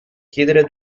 chiedere